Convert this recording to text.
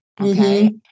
okay